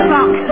Rock